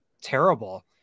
terrible